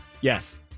Yes